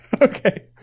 Okay